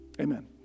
Amen